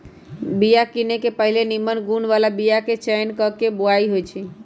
बिया किने से पहिले निम्मन गुण बला बीयाके चयन क के बोआइ होइ छइ